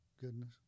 goodness